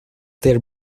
their